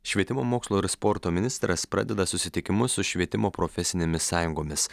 švietimo mokslo ir sporto ministras pradeda susitikimus su švietimo profesinėmis sąjungomis